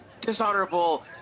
dishonorable